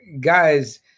Guys